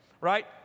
right